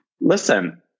listen